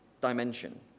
dimension